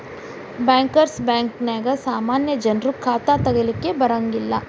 bankers ಬ್ಯಾಂಕ ನ್ಯಾಗ ಸಾಮಾನ್ಯ ಜನ್ರು ಖಾತಾ ತಗಿಲಿಕ್ಕೆ ಬರಂಗಿಲ್ಲಾ